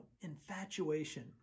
infatuation